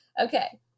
okay